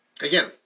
again